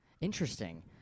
Interesting